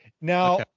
Now